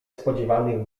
spodziewanych